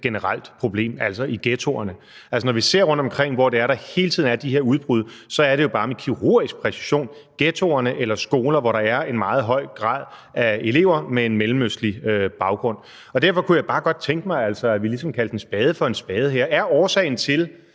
generelt problem – altså i ghettoerne. Når vi ser rundt omkring, hvor der hele tiden er de her udbrud, så er det jo bare med kirurgisk præcision i ghettoerne eller på skoler, hvor der er et meget stort antal af elever med en mellemøstlig baggrund. Derfor kunne jeg bare godt tænke mig, at vi ligesom kaldte en spade for en spade her. Er årsagen til,